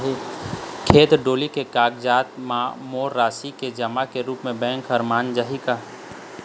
खेत डोली के कागजात म मोर राशि के जमा के रूप म बैंक हर मान जाही का?